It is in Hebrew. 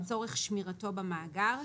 לצורך שמירתו במאגר.